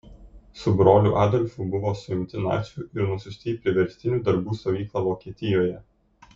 su broliu adolfu buvo suimti nacių ir nusiųsti į priverstinių darbų stovyklą vokietijoje